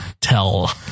tell